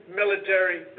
military